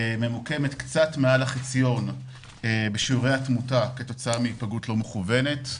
ממוקמת קצת מעל החציון בשיעורי התמותה כתוצאה מהיפגעות לא מכוונת.